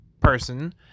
person